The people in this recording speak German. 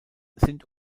sind